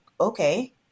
okay